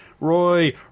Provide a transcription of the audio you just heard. Roy